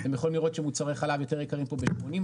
אתם יכולים לראות שמוצרי חלב יותר יקרים פה ב-80%,